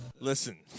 Listen